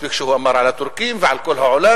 מספיק מה שהוא אמר על הטורקים ועל כל העולם,